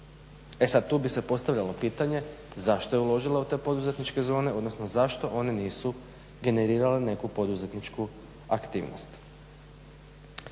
E sada tu bi se postavljalo pitanje zašto je uložila u te poduzetničke zone odnosno zašto one nisu generirale neku poduzetničku aktivnost?